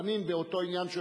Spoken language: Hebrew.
חנין שואל באותו עניין.